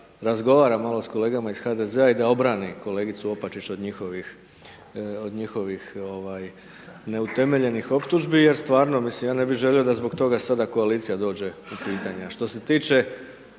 da razgovara malo s kolegama iz HDZ-a i da obrani kolegicu Opačić od njihovih neutemeljenih optužbi, jer stvarno, mislim, ja ne bi želio da zbog toga sada koalicija dođe u pitanje.